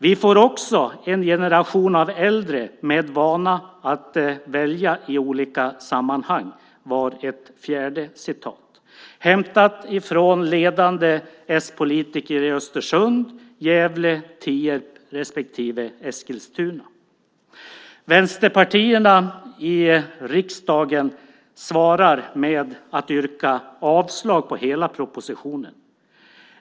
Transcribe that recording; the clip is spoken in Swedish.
Vi får också en generation av äldre med vana att välja i olika sammanhang, sade en fjärde. Detta är hämtade från ledande s-politiker i Östersund, Gävle, Tierp respektive Eskilstuna. Vänsterpartierna i riksdagen svarar med att yrka avslag på hela propositionen.